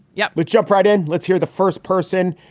yeah. let's jump right in. let's hear the first person.